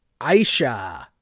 Aisha